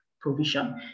provision